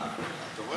אתה רואה?